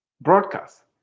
broadcast